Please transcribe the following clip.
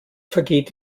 vergeht